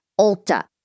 Ulta